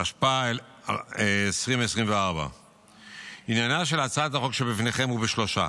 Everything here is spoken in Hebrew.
התשפ"ה 2024. עניינה של הצעת החוק שבפניכם הוא בשלושה: